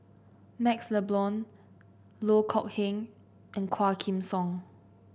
MaxLe Blond Loh Kok Heng and Quah Kim Song